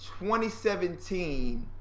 2017